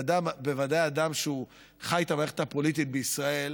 ובוודאי אדם שחי את המערכת הפוליטית בישראל,